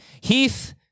Heath